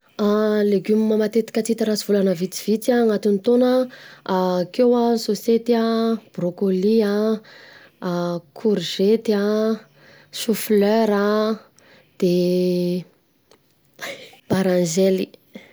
Legioma matetika tsy hita raha tsy volana vitsivitsy anatin'ny taona an, akeo an sosety an, Brokoly an, Korgety an, choufleur an, de baranjely.